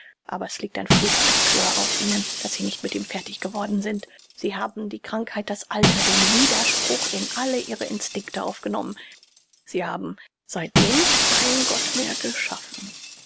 aber es liegt ein fluch dafür auf ihnen daß sie nicht mit ihm fertig geworden sind sie haben die krankheit das alter den widerspruch in alle ihre instinkte aufgenommen sie haben seitdem keinen gott mehr geschaffen